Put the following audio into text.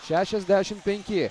šešiasdešim penki